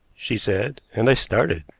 she said, and i started.